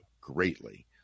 greatly